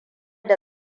da